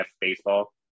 Baseball